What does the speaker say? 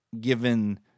given